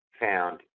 found